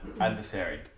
adversary